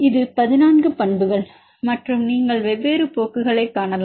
இது 14 பண்புகள் மற்றும் நீங்கள் வெவ்வேறு போக்குகளைக் காணலாம்